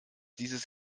dieses